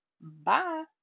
Bye